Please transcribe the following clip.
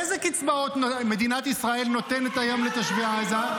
איזה קצבאות מדינת ישראל נותנת היום לתושבי עזה?